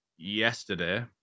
yesterday